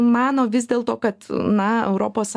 mano vis dėl to kad na europos